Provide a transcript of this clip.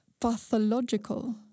Pathological